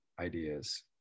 ideas